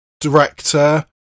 director